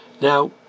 Now